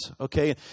Okay